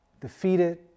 defeated